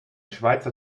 schweizer